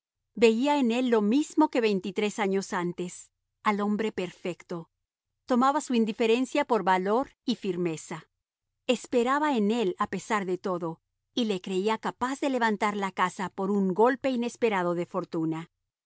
veía en él lo mismo que veintitrés años antes al hombre perfecto tomaba su indiferencia por valor y firmeza esperaba en él a pesar de todo y le creía capaz de levantar la casa por un golpe inesperado de fortuna